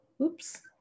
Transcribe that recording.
oops